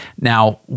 Now